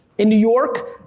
in new york,